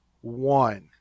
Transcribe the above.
one